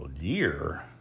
year